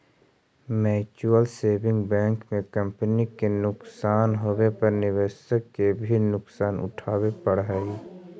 mutual saving bank में company के नुकसान होवे पर निवेशक के भी नुकसान उठावे पड़ऽ हइ